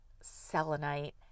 selenite